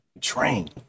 Train